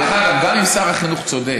דרך אגב, גם אם שר החינוך צודק,